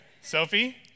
Sophie